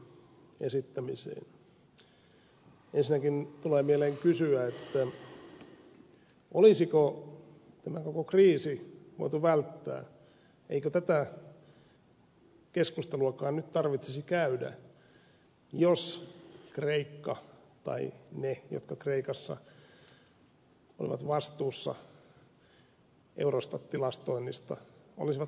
ensinnäkin tulee mieleen kysyä olisiko tämä koko kriisi voitu välttää eikö tätä keskusteluakaan nyt tarvitsisi käydä jos ne jotka kreikassa olivat vastuussa eurostat tilastoinnista olisivat puhuneet totta